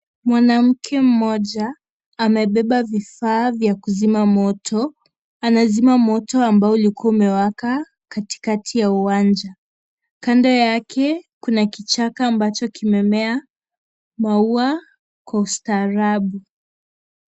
Mwanamke mmoja amebaba vifaa vya kuzima moto, anazima moto ambao ulikuwa umeweka katikati ya uwanja. Kando yake kuna kichaka ambacho kimemea maua kwa ustaarabu.